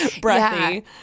breathy